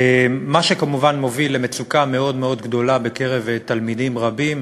מה שכמובן מוביל למצוקה מאוד גדולה בקרב תלמידים רבים.